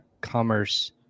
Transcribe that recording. commerce